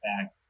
back